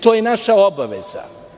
To je naša obaveza.